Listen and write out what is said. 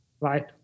right